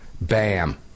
Bam